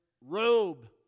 robe